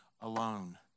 alone